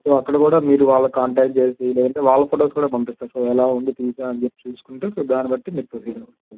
so అక్కడ కూడా మీరు వాళ్ళ కాంటాక్ట్ చేసి లేదంటే వాళ్ళ ఫోటోస్ కూడా పంపిస్తాను సో ఎలా ఉంది తీసాను అని చెప్పి చూసుకుంటే సో దాన్ని బట్టి మీరు ప్రొసీడ్ అవ్వచ్చు అండి